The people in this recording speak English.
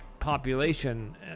population